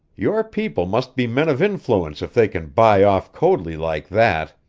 your people must be men of influence if they can buy off coadley like that!